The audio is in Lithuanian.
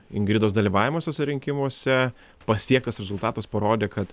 ingridos dalyvavimas susirinkimuose pasiektas rezultatas parodė kad